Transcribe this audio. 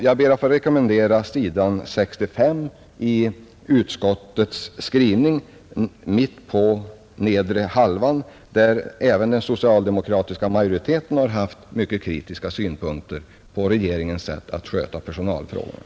Jag ber att få rekommendera läsning av s. 65 i utskottets skrivning — mitt på nedre halvan av sidan — där även den socialdemokratiska majoriteten framför mycket kritiska synpunkter på regeringens sätt att sköta personalfrågorna.